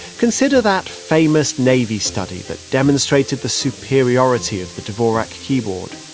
consider that famous navy study that demonstrated the superiority of the dvorak keyboard.